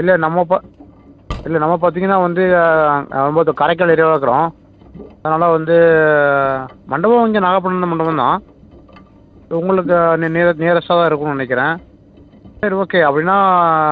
இல்லை நம்ம இப்போ இல்லை நம்ம பார்த்தீங்கன்னா வந்து நம்ம இதோ காரைக்கால் ஏரியாவில் இருக்கறோம் அதனால் வந்து மண்டபம் இங்கே நாகப்பட்டினம் மண்டபம் தான் உங்களுக்கு நி நிய நியரஸ்டா தான் இருக்குதுன்னு நினைக்கிறேன் சரி ஓகே அப்படின்னா